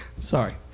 Sorry